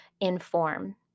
inform